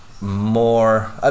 more